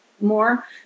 more